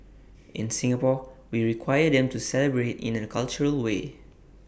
in Singapore we require them to celebrate in A cultural way